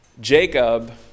Jacob